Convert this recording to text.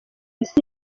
isi